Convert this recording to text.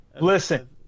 listen